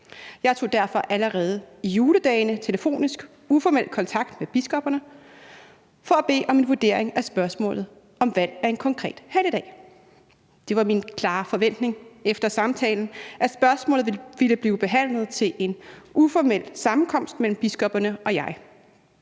Jeg tog derfor allerede i juledagene telefonisk uformel kontakt med biskopperne for at bede om en vurdering af spørgsmålet om valg af en konkret helligdag. Det var min klare forventning efter samtalen, at spørgsmålet ville blive behandlet til en uformel sammenkomst mellem biskopperne og mig